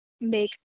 make